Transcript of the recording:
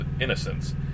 innocence